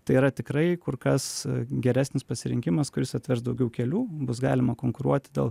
tai yra tikrai kur kas geresnis pasirinkimas kuris atvers daugiau kelių bus galima konkuruoti dėl